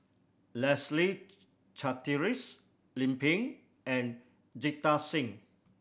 Leslie Charteris Lim Pin and Jita Singh